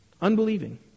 Unbelieving